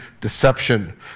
deception